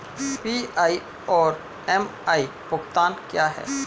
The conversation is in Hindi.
पी.आई और एम.आई भुगतान क्या हैं?